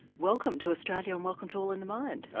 welcome to australia and welcome to all in the mind.